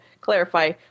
clarify